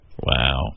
Wow